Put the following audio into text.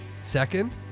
Second